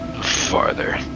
Farther